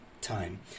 time